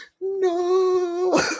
no